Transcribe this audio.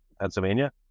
Pennsylvania